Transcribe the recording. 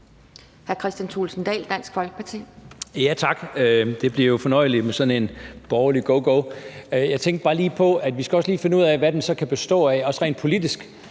Tak. Det bliver jo fornøjeligt med sådan en borgerlig gogo. Men jeg tænkte bare på, at vi også lige skal finde ud af, hvad den så også kan bestå af rent politisk.